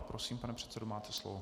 Prosím, pane předsedo, máte slovo.